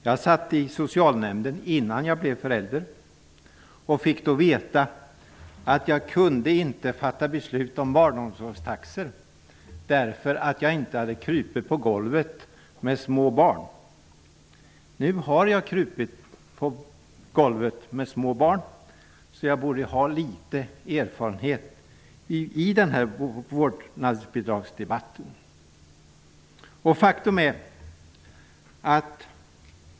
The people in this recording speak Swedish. Jag var ledamot i socialnämnden innan jag blev förälder och fick då höra att jag inte kunde fatta beslut om barnomsorgstaxor därför att jag inte hade krupit på golvet med små barn. Nu har jag gjort det, så jag borde ha litet erfarenhet att komma med i vårdnadsbidragsdebatten.